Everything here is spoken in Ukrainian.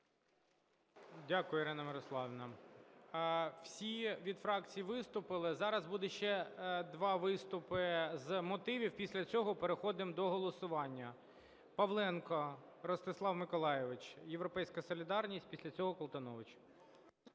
Дякую, Ірина Мирославівна. Всі від фракцій виступили. Зараз буде ще два виступи з мотивів. Після цього переходимо до голосування. Павленко Ростислав Миколайович, "Європейська солідарність". Після цього – Колтунович.